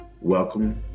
Welcome